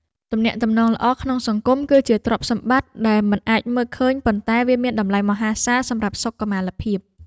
ទំនាក់ទំនងល្អក្នុងសង្គម គឺជាទ្រព្យសម្បត្តិដែលមិនអាចមើលឃើញប៉ុន្តែវាមានតម្លៃមហាសាលសម្រាប់សុខុមាលភាព។